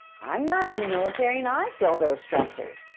i'm not in the military and i feel those stressors.